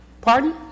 pardon